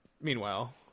meanwhile